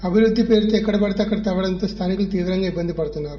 అభివృద్ది పేరుతో ఎక్కడ పడితే అక్కడ తవ్వడంతో స్థానికులు తీవ్రంగా ఇబ్బంది పడుతున్నారు